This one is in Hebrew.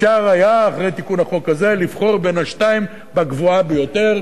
אפשר היה אחרי תיקון החוק הזה לבחור מהשתיים בגבוהה ביותר,